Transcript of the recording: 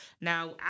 Now